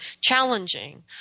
challenging